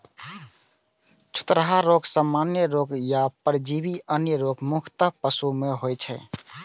छूतहा रोग, सामान्य रोग आ परजीवी जन्य रोग मुख्यतः पशु मे होइ छै